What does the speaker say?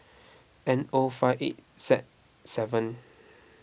N O five eight Z seven